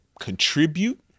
contribute